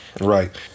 Right